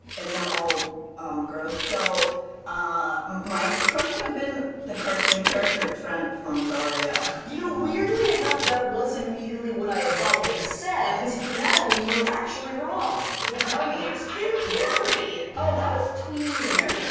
and they're all um gross, so ah my crush would've been the cartoon character trent from daria. you know, weirdly enough that was immediately what i had thought of, except, natalie, you were actually wrong. well tell me! it's jim carrey! oh that was tween years.